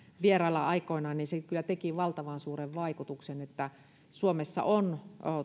vierailla aikoinaan niin se kyllä teki valtavan suuren vaikutuksen että suomessa on